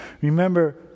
Remember